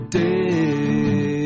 day